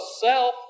self